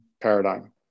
paradigm